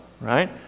right